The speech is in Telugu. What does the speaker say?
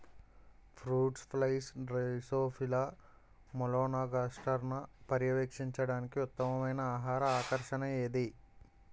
ఫ్రూట్ ఫ్లైస్ డ్రోసోఫిలా మెలనోగాస్టర్ని పర్యవేక్షించడానికి ఉత్తమమైన ఆహార ఆకర్షణ ఏది?